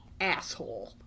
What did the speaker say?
asshole